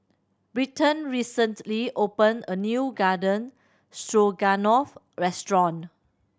Bryton recently opened a new Garden Stroganoff restaurant